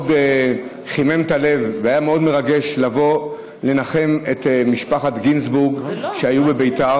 מאוד חימם את הלב והיה מאוד מרגש לבוא ולנחם את משפחת גינזבורג בביתר,